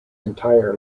entire